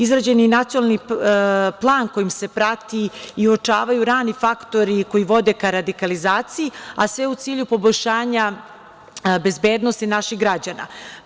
Izrađen je i Nacionalni plan kojim se prati i uočavaju rani faktori koji vode ka radikalizaciji, a sve u cilju poboljšanja bezbednosti naših građana.